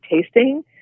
tasting